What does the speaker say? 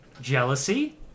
Jealousy